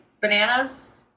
bananas